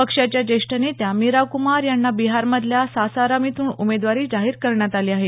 पक्षाच्या ज्येष्ठ नेत्या मीराकुमार यांना बिहारमधल्या सासाराम इथून उमेदवारी जाहीर करण्यात आली आहे